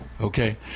Okay